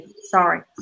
sorry